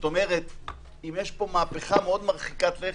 כלומר אם יש פה מהפכה מרחיקת לכת,